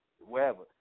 wherever